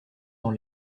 dans